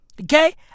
Okay